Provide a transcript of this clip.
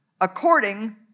according